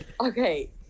Okay